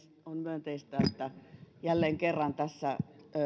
on myönteistä että jälleen kerran tässä